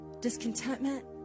Discontentment